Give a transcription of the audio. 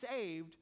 saved